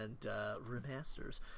remasters